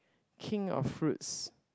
king of fruits